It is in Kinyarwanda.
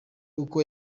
uko